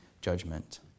judgment